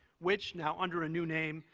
which, now under a new name,